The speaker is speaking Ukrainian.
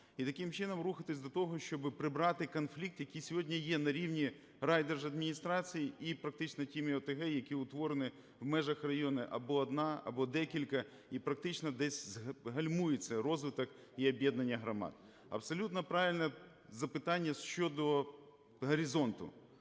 таким чином рухатися до того, щоб прибрати конфлікт, який сьогодні є на рівні райдержадміністрацій і практично тими ОТГ, які утворені в межах району: або одна, або декілька, і практично десь гальмується розвиток і об'єднання громад. Абсолютно правильне запитання щодо "Горизонту